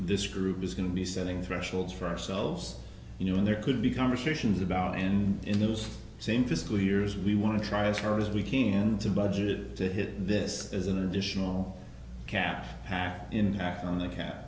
this group is going to be setting thresholds for ourselves you know there could be conversations about and in those same fiscal years we want to try as far as weekend to budget to hit this as an additional cap back in back on the ca